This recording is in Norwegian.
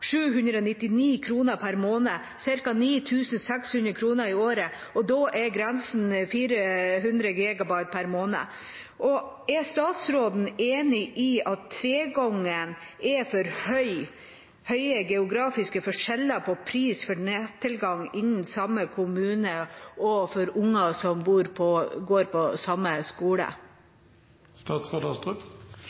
799 kr per måned, ca. 9 600 kr i året, og da er grensen 400 GB per måned. Er statsråden enig i at tregangen er en for stor prisforskjell for nettilgang innen samme kommune og for unger som går på samme